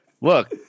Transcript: Look